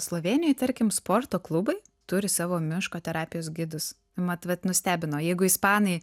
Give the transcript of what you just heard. slovėnijoj tarkim sporto klubai turi savo miško terapijos gidus mat vat nustebino jeigu ispanai